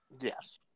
Yes